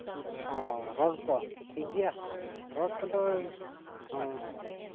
ᱚ ᱨᱚᱰ ᱠᱚ ᱴᱷᱤᱠ ᱜᱮᱭᱟ ᱨᱚᱫ ᱠᱚᱫᱚ ᱦᱮᱸ